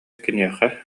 киниэхэ